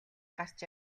гарч